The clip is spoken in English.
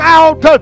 out